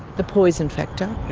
the poison factor.